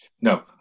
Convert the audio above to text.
No